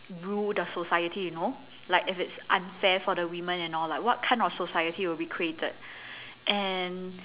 rule the society you know like if it is unfair for the women and all lah like what kind of society would be created and